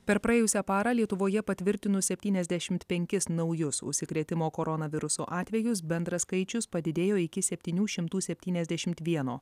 per praėjusią parą lietuvoje patvirtinus septyniasdešimt penkis naujus užsikrėtimo koronavirusu atvejus bendras skaičius padidėjo iki septynių šimtų septyniasdešimt vieno